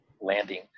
landing